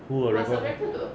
who will record